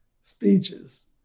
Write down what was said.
speeches